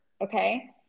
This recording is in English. okay